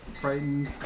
frightened